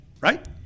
Right